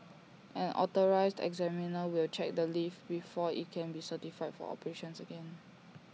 an authorised examiner will check the lift before IT can be certified for operations again